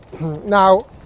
now